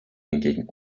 hingegen